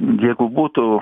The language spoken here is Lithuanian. jeigu būtų